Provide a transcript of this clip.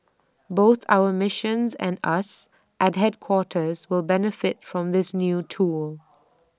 both our missions and us at headquarters will benefit from this new tool